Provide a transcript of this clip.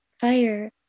Fire